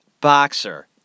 boxer